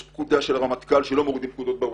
יש פקודה של הרמטכ"ל שלא מורידים פקודות בווטסאפ.